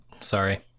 sorry